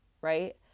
right